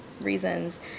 reasons